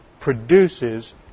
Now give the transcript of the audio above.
produces